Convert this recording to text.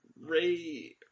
Ray